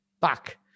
back